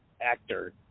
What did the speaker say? actor